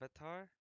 Avatar